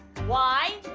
why?